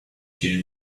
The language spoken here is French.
qu’ils